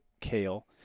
kale